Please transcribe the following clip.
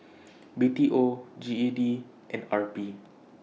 B T O G E D and R P